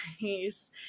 nice